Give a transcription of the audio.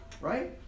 right